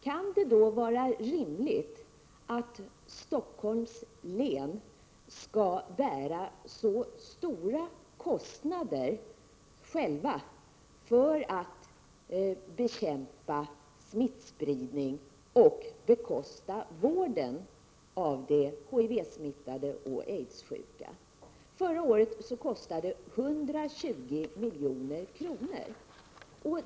Kan det då vara rimligt att Stockholms län själv skall bära så stora kostnader för att bekämpa smittspridningen och bekosta vården av de HIV-smittade och aidssjuka? Förra året kostade det 120 milj.kr.